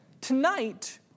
tonight